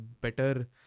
better